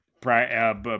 prior